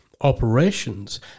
operations